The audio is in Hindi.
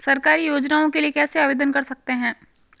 सरकारी योजनाओं के लिए कैसे आवेदन कर सकते हैं?